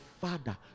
father